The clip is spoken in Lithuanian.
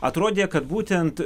atrodė kad būtent